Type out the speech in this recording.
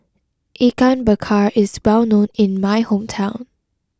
Ikan Bakar is well known in my hometown